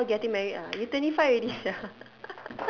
so getting married ah you twenty five already sia